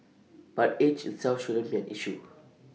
but age itself shouldn't be an issue